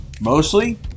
Mostly